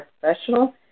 professional